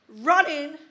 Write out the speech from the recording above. running